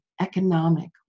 economic